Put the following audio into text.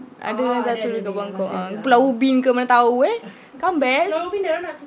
ada yang satu dekat buangkok ah pulau ubin ke mana tahu weh kan best